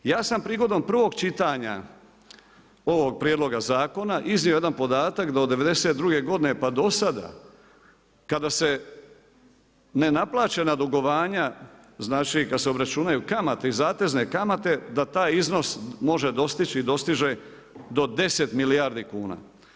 Ja sam prigodom prvog čitanja ovog prijedloga zakona iznio jedan podatak da od '92. godine pa do sada kada se nenaplaćena dugovanja, znači kad se obračunaju kamate i zatezne kamate da taj iznos može dostići i dostiže do 10 milijardi kuna.